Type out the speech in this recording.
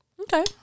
Okay